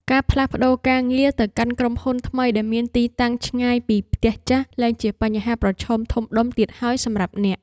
ការផ្លាស់ប្ដូរការងារទៅកាន់ក្រុមហ៊ុនថ្មីដែលមានទីតាំងឆ្ងាយពីផ្ទះចាស់លែងជាបញ្ហាប្រឈមធំដុំទៀតហើយសម្រាប់អ្នក។